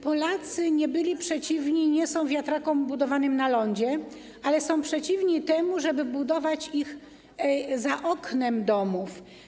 Polacy nie byli przeciwni i nie są przeciwni wiatrakom budowanym na lądzie, ale są przeciwni temu, żeby budować je za oknami domów.